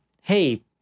hey